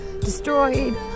destroyed